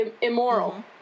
Immoral